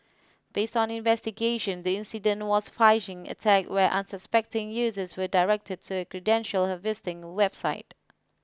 based on investigation the incident was phishing attack where unsuspecting users were directed to a credential harvesting website